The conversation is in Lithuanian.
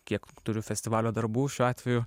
kiek turiu festivalio darbų šiuo atveju